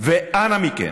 אנא מכם,